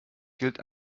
gilt